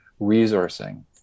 resourcing